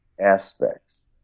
aspects